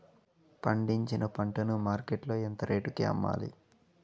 పండించిన పంట ను మార్కెట్ లో ఎంత రేటుకి అమ్మాలి?